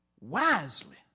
wisely